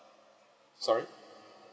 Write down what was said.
sorry